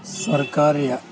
ಸರ್ಕಾರಿಯ